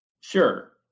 Sure